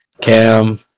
Cam